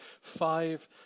five